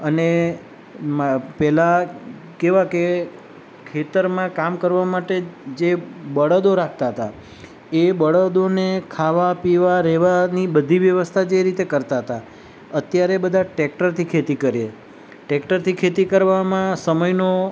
અને મા પહેલાં કેવાં કે ખેતરમાં કામ કરવા માટે જે બળદો રાખતા હતા એ બળદોને ખાવા પીવા રહેવાની બધી વ્યવસ્થા જે રીતે કરતા હતા અત્યારે બધા ટ્રેક્ટરથી ખેતી કરે ટ્રેક્ટરથી કરવામાં સમયનો